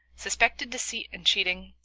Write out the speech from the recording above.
suspected deceit and cheating,